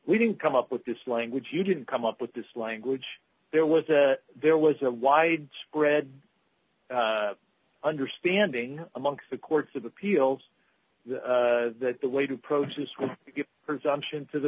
we didn't come up with this language you didn't come up with this language there was a there was a widespread understanding amongst the courts of appeals that the way to approach this with the presumption to the